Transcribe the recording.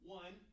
one